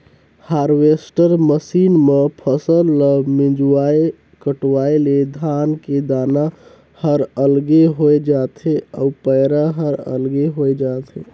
harvester machine म फसल ल मिंजवाय कटवाय ले धान के दाना हर अलगे होय जाथे अउ पैरा हर अलगे होय जाथे